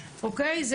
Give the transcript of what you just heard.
אוקיי?